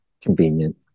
convenient